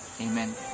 amen